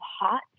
hot